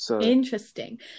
Interesting